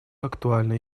актуально